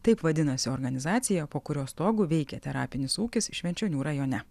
taip vadinasi organizacija po kurios stogu veikia terapinis ūkis švenčionių rajone